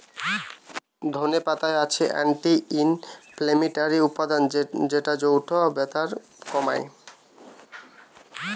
ধনে পাতায় আছে অ্যান্টি ইনফ্লেমেটরি উপাদান যৌটা বাতের ব্যথা কমায়